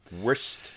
Worst